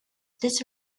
these